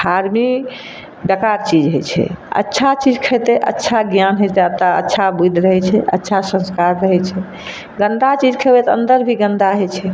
फार्मी बेकार चीज होइ छै अच्छा चीज खयतै अच्छा ज्ञान होइ जादा अच्छा बुधि रहै छै अच्छा संस्कार रहै छै गन्दा चीज खयबै तऽ अंदर भी गन्दा होइत छै